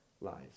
lives